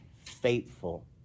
faithful